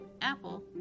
Apple